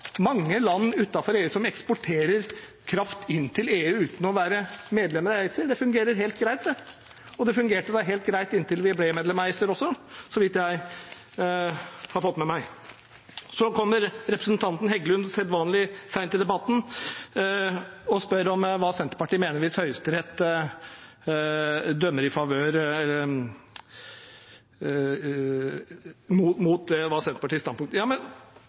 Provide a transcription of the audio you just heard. mange land utenfor EU som eksporterer kraft inn til EU uten å være medlem av ACER. Det fungerer helt greit, og det fungerte helt greit inntil vi ble medlem av ACER – så vidt jeg har fått med meg. Så kommer representanten Heggelund sedvanlig sent i debatten og spør om hva Senterpartiet mener hvis Høyesterett dømmer mot det som er Senterpartiets standpunkt. Senterpartiet har altså en innholdsmessig motstand mot